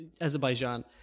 Azerbaijan